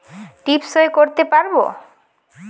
টিপ সই করতে পারবো?